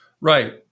Right